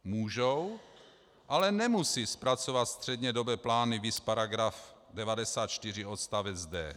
Můžou, ale nemusí zpracovat střednědobé plány, viz § 94 odst. d).